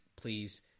Please